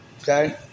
okay